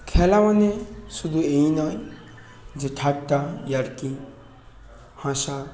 খেলা মানে শুধু এই নয় যে ঠাট্টা ইয়ার্কি হাসা